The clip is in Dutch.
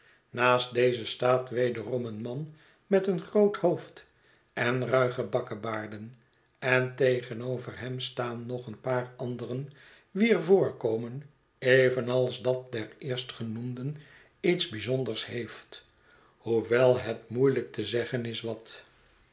naast dezen staat wederom een man met een groot hoofd en ruige bakkebaarden en tegenover hem staan nog een paar anderen wier voorkomen evenals dat der eerstgenoemden iets bijzonders heeft hoewel het moeielijk te zeggen is wat